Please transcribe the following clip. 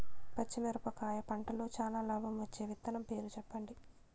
పచ్చిమిరపకాయ పంటలో చానా లాభం వచ్చే విత్తనం పేరు చెప్పండి?